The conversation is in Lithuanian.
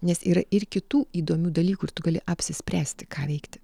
nes yra ir kitų įdomių dalykų ir tu gali apsispręsti ką veikti